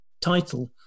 title